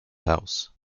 house